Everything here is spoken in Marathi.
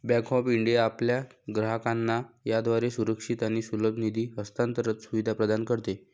बँक ऑफ इंडिया आपल्या ग्राहकांना याद्वारे सुरक्षित आणि सुलभ निधी हस्तांतरण सुविधा प्रदान करते